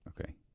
Okay